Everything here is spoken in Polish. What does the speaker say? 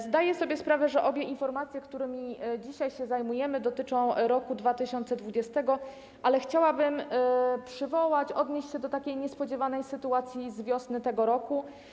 Zdaję sobie sprawę, że obie informacje, którymi dzisiaj się zajmujemy, dotyczą roku 2020, ale chciałabym odnieść się do takiej niespodziewanej sytuacji z wiosny tego roku.